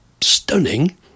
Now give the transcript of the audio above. stunning